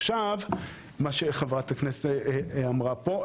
עכשיו מה שחברת הכנסת אמרה פה.